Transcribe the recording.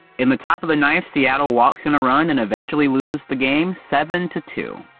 in the top of the knife, seattle walks in a run and eventually loses the game seven to two.